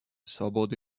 свободу